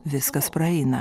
viskas praeina